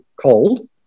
cold